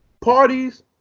parties